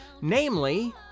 namely